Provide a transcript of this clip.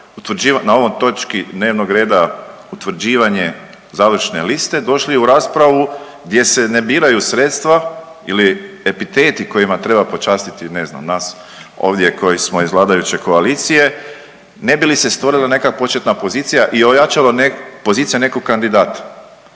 na ovoj točki dnevnog reda utvrđivanje završne liste došli u raspravu gdje se ne biraju sredstva ili epiteti kojima treba počastiti ne znam nas ovdje koji smo iz vladajuće koalicije ne bi li se stvorila neka početna pozicija i ojačala pozicija nekog kandidata?